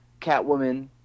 Catwoman